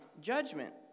judgment